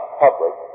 public